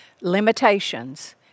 limitations